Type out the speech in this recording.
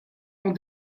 ont